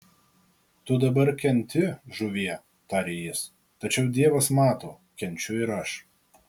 tu dabar kenti žuvie tarė jis tačiau dievas mato kenčiu ir aš